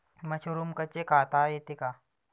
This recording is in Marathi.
मशरूम कच्चे खाता येते का?